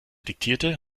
diktierte